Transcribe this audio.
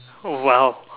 oh !wow!